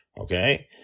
okay